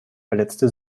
verletzte